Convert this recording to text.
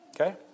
Okay